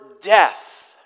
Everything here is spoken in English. death